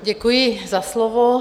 Děkuji za slovo.